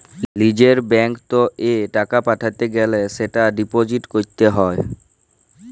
লিজের ব্যাঙ্কত এ টাকা পাঠাতে গ্যালে সেটা ডিপোজিট ক্যরত হ্য়